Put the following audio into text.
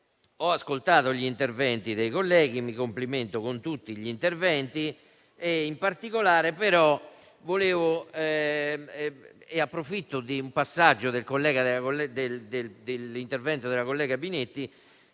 Ho ascoltato gli interventi dei colleghi e mi complimento con tutti; in particolare, però, approfitto di un passaggio dell'intervento della collega Binetti